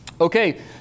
Okay